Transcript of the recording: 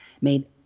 made